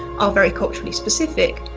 are very culturally specific,